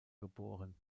geboren